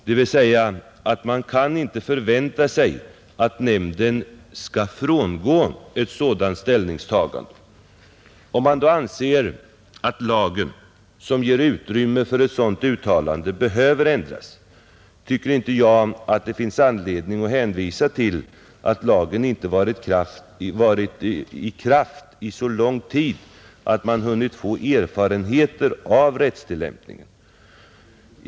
Man kan således inte förvänta sig att nämnden skall frångå ett sådant ställningstagande. Om man då anser att lagen, som ger utrymme för ett sådant uttalande, behöver ändras, tycker jag inte det finns anledning att hänvisa till att lagen inte varit i kraft så lång tid att man hunnit få erfarenheter av rättstillämpningen.